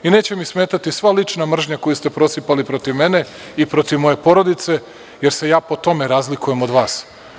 Neće mi smetati sva lična mržnja koju ste prosipali protiv mene i protiv moje porodice, jer se ja po tome razlikujem od vas.